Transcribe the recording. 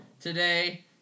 today